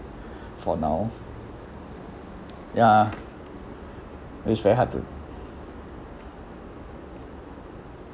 for now ya it's very hard to